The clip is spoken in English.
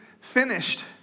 finished